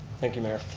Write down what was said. thank you mayor.